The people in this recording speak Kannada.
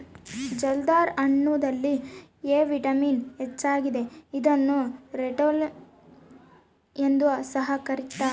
ಜಲ್ದರ್ ಹಣ್ಣುದಲ್ಲಿ ಎ ವಿಟಮಿನ್ ಹೆಚ್ಚಾಗಿದೆ ಇದನ್ನು ರೆಟಿನೋಲ್ ಎಂದು ಸಹ ಕರ್ತ್ಯರ